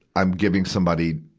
i'm giving somebody,